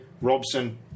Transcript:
Robson